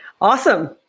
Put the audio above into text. awesome